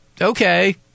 okay